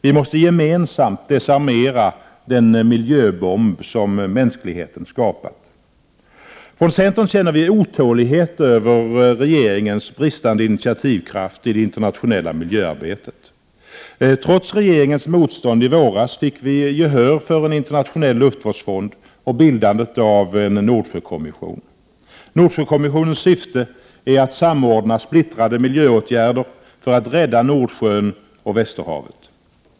Vi måste gemensamt desarmera den miljöbomb som mänskligheten skapat. Från centern känner vi otålighet över regeringens bristande initiativkraft i det internationella miljöarbetet. Trots regeringens motstånd i våras fick vi gehör för en internationell luftvårdsfond och bildandet av en Nordsjökommission. Nordsjökommissionens syfte är att samordna splittrade miljöåtgärder för att rädda Nordsjön och Västerhavet.